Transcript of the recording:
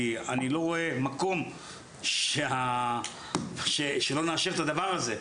כי אני לא רואה מקום שלא נאשר את הדבר הזה.